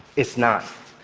it's not.